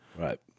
Right